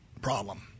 problem